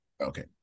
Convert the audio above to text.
Okay